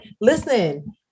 listen